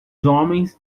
homens